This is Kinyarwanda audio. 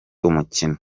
umukino